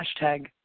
hashtag